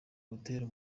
gutera